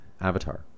avatar